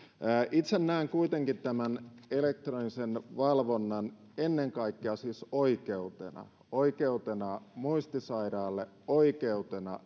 itse näen kuitenkin tämän elektronisen valvonnan ennen kaikkea siis oikeutena oikeutena muistisairaalle oikeutena